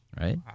Right